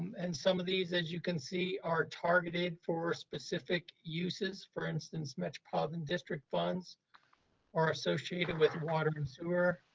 and some of these, as you can see, are targeted for specific uses. for instance, metropolitan district funds are associated with water and sewer.